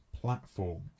platform